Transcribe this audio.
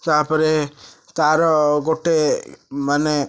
ତାପରେ ତାର ଗୋଟେ ମାନେ